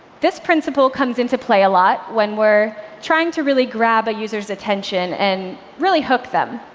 this principle comes into play a lot when we're trying to really grab a user's attention and really hook them.